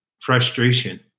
frustration